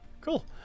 Cool